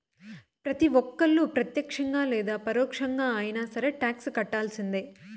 ప్రతి ఒక్కళ్ళు ప్రత్యక్షంగా లేదా పరోక్షంగా అయినా సరే టాక్స్ కట్టాల్సిందే